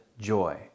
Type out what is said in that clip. joy